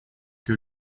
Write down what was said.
que